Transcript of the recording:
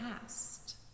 past